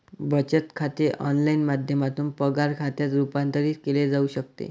बचत खाते ऑनलाइन माध्यमातून पगार खात्यात रूपांतरित केले जाऊ शकते